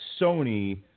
Sony